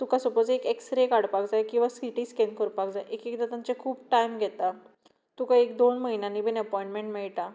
तुका सपोज एक एक्सरे काडपाक जाय किंवा सि टी स्कॅन करपाक जाय एक एकदां तांचे खूब टायम घेतां तुका एक दोन म्हयन्यानी बी अपोयमँट मेळटा